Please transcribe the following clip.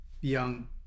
young